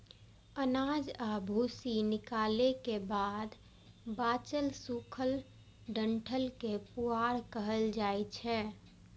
अनाज आ भूसी निकालै के बाद बांचल सूखल डंठल कें पुआर कहल जाइ छै